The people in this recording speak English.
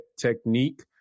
technique